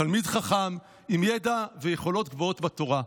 תלמיד חכם עם ידע ויכולות גבוהות בתורה,